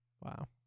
Wow